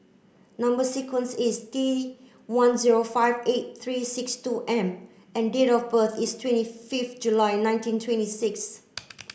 number sequence is T one zero five eight three six two M and date of birth is twenty fifth July nineteen twenty six